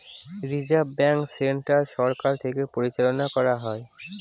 reserve bank central সরকার থেকে পরিচালনা করা হয়